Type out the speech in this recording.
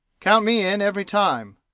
count me in every time.